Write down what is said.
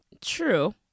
True